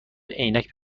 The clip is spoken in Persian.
عینک